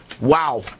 Wow